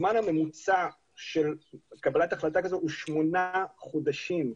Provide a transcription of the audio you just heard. הזמן הממוצע של קבלת החלטה כזו הוא שמונה חודשים,